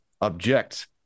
object